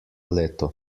leto